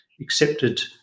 accepted